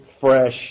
fresh